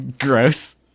Gross